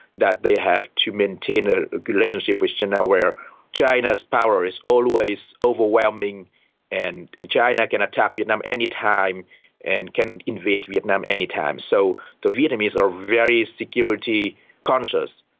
that they have to maintain a relationship with china where china's power is always overwhelming and and china can attack vietnam anytime and can invade vietnam anytime. so the vietnamese are very security conscious.